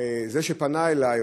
זה שפנה אלי,